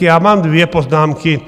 Já mám dvě poznámky.